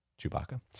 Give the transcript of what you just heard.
Chewbacca